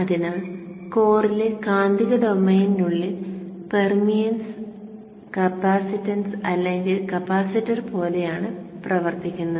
അതിനാൽ കോറിലെ കാന്തിക ഡൊമെയ്നിനുള്ളിൽ പെർമിയൻസ് കപ്പാസിറ്റൻസ് അല്ലെങ്കിൽ കപ്പാസിറ്റർ പോലെയാണ് പ്രവർത്തിക്കുന്നത്